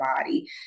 body